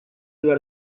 behar